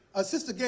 a sister,